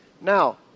Now